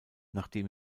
nachdem